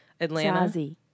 Atlanta